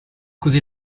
così